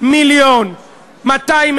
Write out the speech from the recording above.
1.2 מיליון עולים,